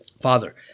Father